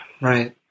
Right